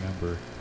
remember